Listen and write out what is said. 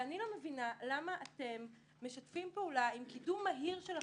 ואני לא מבינה למה אתם משתפים פעולה עם קידום מהיר של החוק הזה.